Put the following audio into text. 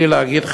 בלי להגיד,